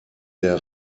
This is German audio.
der